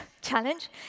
challenge